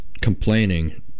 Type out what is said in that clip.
complaining